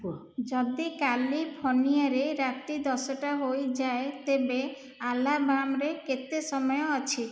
କୁହ ଯଦି କାଲିଫର୍ନିଆରେ ରାତି ଦଶଟା ହୋଇଯାଏ ତେବେ ଆଲାବାମ୍ରେ କେତେ ସମୟ ଅଛି